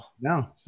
No